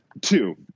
Two